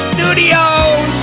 Studios